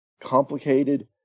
complicated